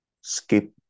skip